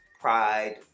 Pride